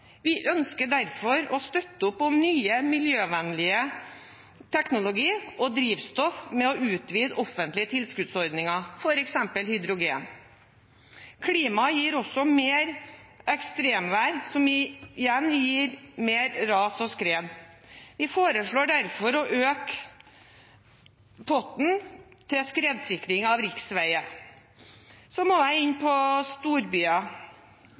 Vi ønsker derfor å støtte opp om ny miljøvennlig teknologi og drivstoff ved å utvide offentlige tilskuddsordninger, f.eks. hydrogen. Klimaet gir også mer ekstremvær, som igjen gir mer ras og skred. Vi foreslår derfor å øke potten til skredsikring av riksveier. Så må jeg komme inn på